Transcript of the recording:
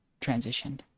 transitioned